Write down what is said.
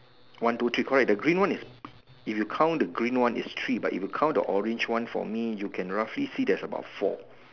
one two three correct the green one is if you count the green one is three but if you count the orange one for me you can roughly see there's about four